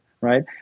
right